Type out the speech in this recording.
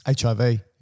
HIV